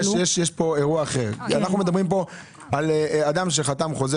אנו מדברים על אירוע אחר אדם שחתם על חוזה